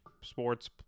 sports